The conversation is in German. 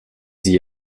sie